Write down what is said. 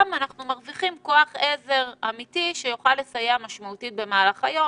מרוויחים כוח עזר אמיתי שיוכל לסייע משמעותית במהלך היום.